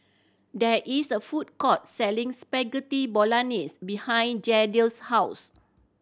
there is a food court selling Spaghetti Bolognese behind Jadiel's house